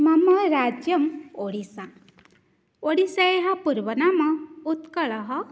मम राज्यम् ओडिस्सा ओडिस्सायाः पूर्वनाम उत्कलः